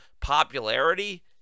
popularity